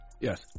Yes